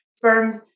firms